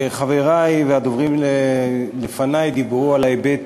חברי והדוברים לפני דיברו על ההיבט